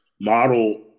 model